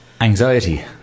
anxiety